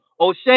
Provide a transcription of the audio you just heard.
O'Shea